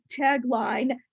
tagline